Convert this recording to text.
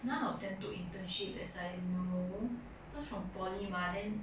none of them took internship as I know cause from poly mah then